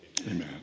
Amen